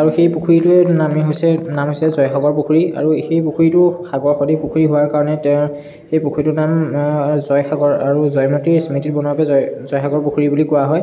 আৰু সেই পুখুৰীটোৱেই নামেই হৈছে নাম হৈছে জয়সাগৰ পুখুৰী আৰু সেই পুখুৰীটো সাগৰ সদৃশ পুখুৰী হোৱাৰ কাৰণে তেওঁ সেই পুখুৰীটোৰ নাম জয়সাগৰ আৰু জয়মতীৰ স্মৃতিত বনোৱা বাবে জয়সাগৰ পুখুৰী বুলি কোৱা হয়